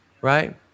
Right